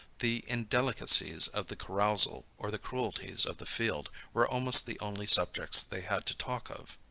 the indelicacies of the carousal, or the cruelties of the field, were almost the only subjects they had to talk of.